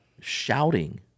shouting